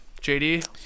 JD